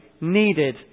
needed